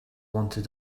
wanted